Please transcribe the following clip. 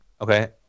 Okay